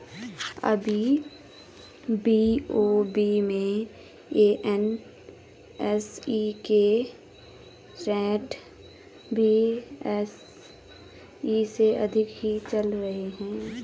अभी बी.ओ.बी में एन.एस.ई के रेट बी.एस.ई से अधिक ही चल रहे हैं